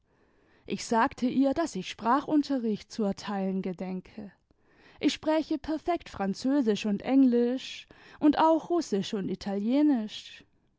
ich sagte ihr daß ich sprachunterricht zu erteilen gedenke ich spräche perfekt französisch und englisch imd auch russisch und italienisch